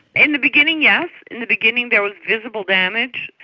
in the beginning yes. in the beginning there was visible damage,